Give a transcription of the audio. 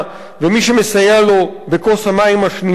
ומי שמסייע לו בכוס המים השנייה,